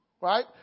Right